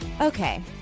Okay